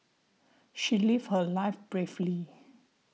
she lived her life bravely